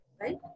right